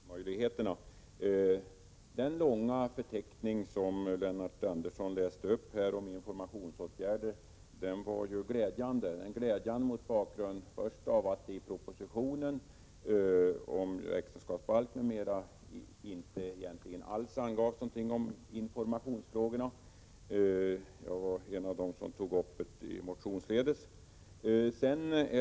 Herr talman! Beroende på den sena tidpunkten fick jag korta mitt anförande, och jag får väl korta även replikmöjligheterna. Den långa förteckning som Lennart Andersson läste upp här om informationsåtgärder var glädjande mot bakgrunden först och främst av att det i propositionen om äktenskapsbalk m.m. egentligen inte alls angavs någonting om informationsfrågorna. Jag var en av dem som tog upp saken motionsledes.